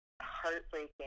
heartbreaking